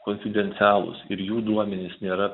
konfidencialūs ir jų duomenys nėra